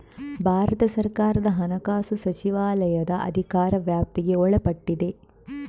ಭಾರತ ಸರ್ಕಾರದ ಹಣಕಾಸು ಸಚಿವಾಲಯದ ಅಧಿಕಾರ ವ್ಯಾಪ್ತಿಗೆ ಒಳಪಟ್ಟಿದೆ